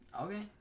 Okay